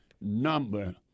number